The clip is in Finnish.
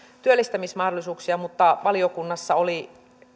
työllistymismahdollisuuksia mutta valiokunnassa oli